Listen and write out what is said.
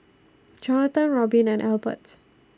Jonathan Robin and Elbert